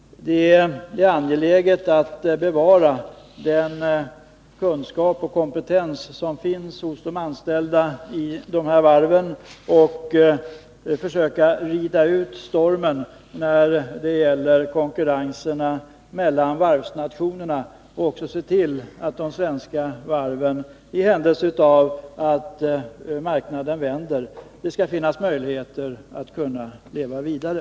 Det är angeläget att bevara den kunskap och den kompetens som finns hos de anställda vid de här varven och försöka att rida ut stormen när det gäller konkurrensen mellan varvsnationerna så att — i händelse av att marknaden vänder — det skall finnas möjligheter för de svenska varven att leva vidare.